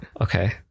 Okay